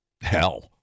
hell